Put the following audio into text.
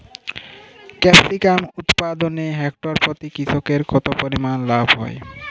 Capsicum উৎপাদনে hectare প্রতি কৃষকের কত পরিমান লাভ হয়?